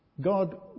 God